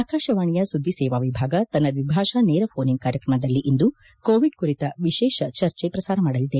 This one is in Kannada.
ಆಕಾಶವಾಣೆಯ ಸುದ್ದಿಕೇವಾ ವಿಭಾಗ ತನ್ನ ದ್ವಿಭಾಷಾ ನೇರ ಘೋನ್ ಇನ್ ಕಾರ್ಯಕ್ರಮದಲ್ಲಿ ಇಂದು ಕೋವಿಡ್ ಕುರಿತ ವಿಶೇಷ ಚರ್ಚೆ ಪ್ರಸಾರ ಮಾಡಲಿದೆ